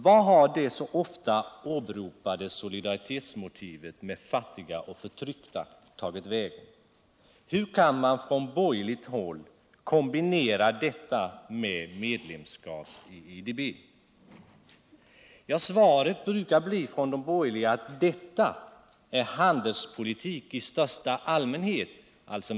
Vart har den så ofta åberopade solidariteten med fattiga och förtryckta tagit vägen? Hur kan man från borgerligt håll kombinera det motivet med medlemskap i IDB? Svaret från de borgerliga brukar bli att medlemskapet i IDB innebär handelspolitik i största allmänhet.